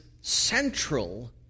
central